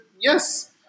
Yes